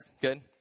Good